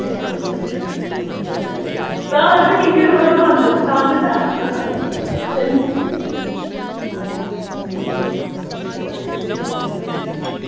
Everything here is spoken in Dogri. तां भी असें कियां रौह्ना बंद तां भी असें गी डर लगदा